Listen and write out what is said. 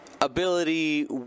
ability